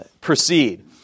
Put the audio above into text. proceed